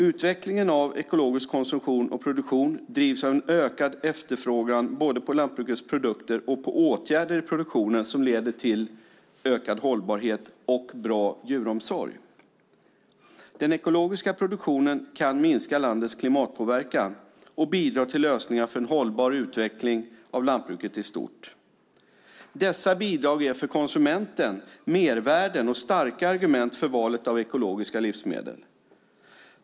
Utvecklingen av ekologisk konsumtion och produktion drivs av en ökad efterfrågan både på lantbrukets produkter och på åtgärder i produktionen som leder till ökad hållbarhet och bra djuromsorg. Den ekologiska produktionen kan minska lantbrukets klimatpåverkan och bidra till lösningar för en hållbar utveckling av lantbruket i stort. Dessa bidrag är för konsumenten mervärden och starka argument för valet av ekologiska livsmedel.